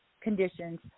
conditions